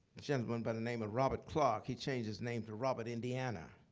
gentleman by the name of robert clark. he changed his name to robert indiana.